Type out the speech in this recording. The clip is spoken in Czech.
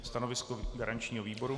Stanovisko garančního výboru?